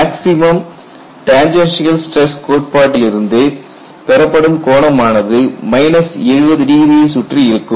maximum tangential stress கோட்பாட்டிலிருந்து பெறப்படும் கோணம் ஆனது 70 ° ஐ சுற்றி இருக்கும்